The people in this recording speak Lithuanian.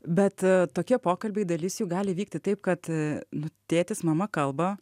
bet tokie pokalbiai dalis jų gali vykti taip kad nu tėtis mama kalba